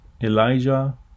Elijah